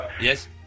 Yes